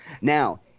Now